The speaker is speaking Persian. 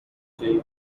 نتیجه